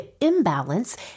imbalance